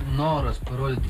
noras parodyti